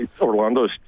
Orlando's